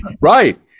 right